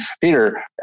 Peter